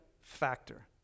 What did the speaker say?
factor